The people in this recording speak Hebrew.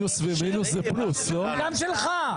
גם את שלך.